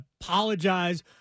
apologize